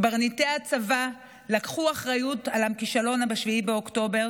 קברניטי הצבא לקחו אחריות על הכישלון ב-7 באוקטובר